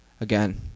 again